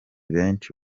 benshi